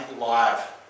live